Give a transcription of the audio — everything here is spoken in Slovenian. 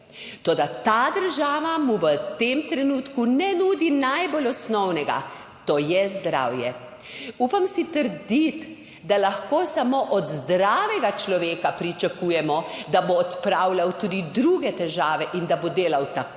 Toda ta država mu v tem trenutku ne nudi najbolj osnovnega, to je zdravje. Upam si trditi, da lahko samo od zdravega človeka pričakujemo, da bo odpravljal tudi druge težave in da bo delal tako,